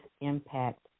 impact